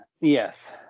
yes